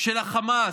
של החמאס,